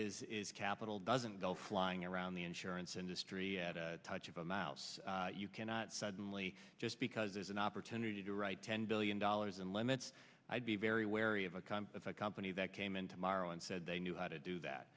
is is capital doesn't go flying around the insurance industry at a touch of a mouse you cannot suddenly just because there's an opportunity to write ten billion dollars in limits i'd be very wary of a con if a company that came in tomorrow and said they knew how to do that